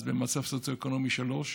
אז במצב סוציו-אקונומי 3,